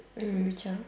mm which one